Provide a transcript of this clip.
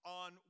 on